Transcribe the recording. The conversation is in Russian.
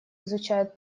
изучают